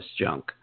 junk